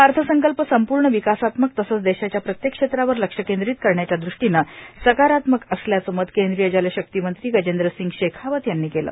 हा अर्थसंकल्प संपूर्ण विकासात्मक तसंच देशाच्या प्रत्येक क्षेत्रावर लक्ष केंद्रीत करण्याच्या दृष्टीनं सकारात्मक असल्याचं मत केंद्रीय जलशक्ति मंत्री गजेंद्र सिंग शेखावत यांनी व्यक्त केलं